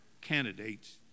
candidates